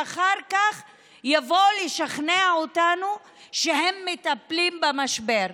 ואחר כך יבואו לשכנע אותנו שהם מטפלים במשבר.